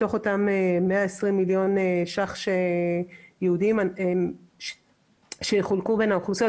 מתוך אותם 120 מיליון ש"ח ייעודיים שיחולקו בין האוכלוסיות,